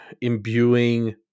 imbuing